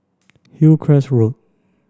Hillcrest Road